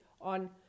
on